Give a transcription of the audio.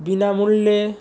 বিনামূল্যে